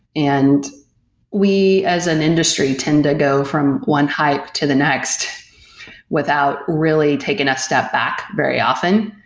and we as an industry tend to go from one hype to the next without really taking a step back very often.